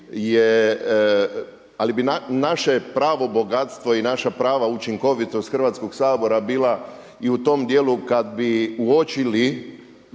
Ali bi naše pravo bogatstvo i naša prava učinkovitost Hrvatskog sabora bila i u tom dijelu kada bi uočili